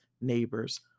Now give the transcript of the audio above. neighbors